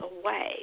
away